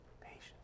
Patience